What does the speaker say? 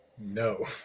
No